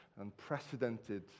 unprecedented